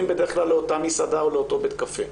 בדרך כלל לאותה מסעדה או לאותו בית קפה.